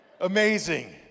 Amazing